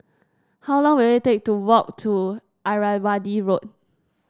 how long will it take to walk to Irrawaddy Road